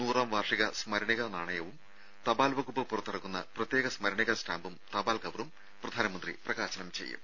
നൂറാം വാർഷിക സ്മരണികാ നാണയവും തപാൽ വകുപ്പ് പുറത്തിറക്കുന്ന പ്രത്യേക സ്മരണികാ സ്റ്റാമ്പും തപാൽ കവറും പ്രധാനമന്ത്രി പ്രകാശനം ചെയ്യും